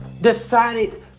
decided